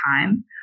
time